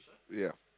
ya